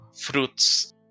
fruits